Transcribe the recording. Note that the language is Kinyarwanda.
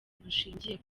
bushingiye